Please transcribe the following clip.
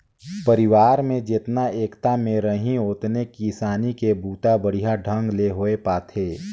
परिवार में जेतना एकता में रहीं ओतने किसानी के बूता बड़िहा ढंग ले होये पाथे